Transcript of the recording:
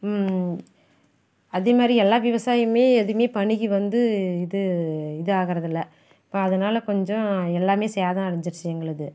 அதே மாதிரி எல்லா விவசாயியுமே எதுவுமே பனிக்கு வந்து இது இது ஆகிறதில்ல இப்போ அதனால் கொஞ்சம் எல்லாமே சேதம் அடைஞ்சிருச்சி எங்களது